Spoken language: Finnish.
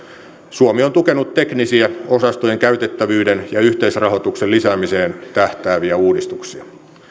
suomi on tukenut teknisiä osastojen käytettävyyden ja yhteisrahoituksen lisäämiseen tähtääviä uudistuksia